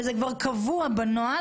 כשזה כבר קבוע בנוהל,